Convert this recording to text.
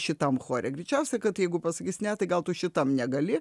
šitam chore greičiausia kad jeigu pasakys ne tai gal tu šitam negali